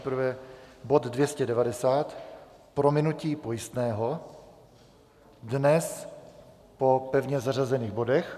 Nejprve bod 290 prominutí pojistného dnes po pevně zařazených bodech.